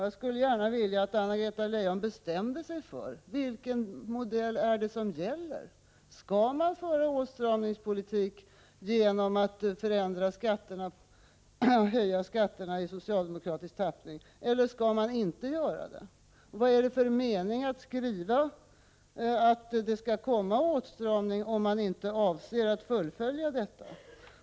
Jag skulle gärna vilja att Anna-Greta Leijon bestämde sig för vilken modell det är som gäller — skall man föra åtstramningspolitik i socialdemokratisk tappning genom att höja skatterna eller skall man inte göra det? Vad är det för mening med att uttala att det skall komma en åtstramning om man inte avser att fullfölja det?